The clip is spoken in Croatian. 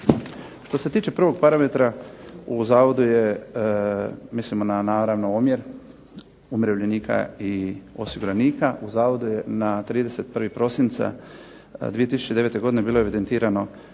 Što se tiče prvog parametra u zavodu je, mislimo na naravno omjer umirovljenika i osiguranika, u zavodu je na 31. prosinca 2009. godine bilo evidentirano